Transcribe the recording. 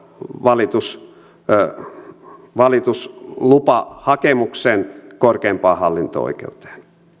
valituslupahakemuksen korkeimpaan hallinto oikeuteen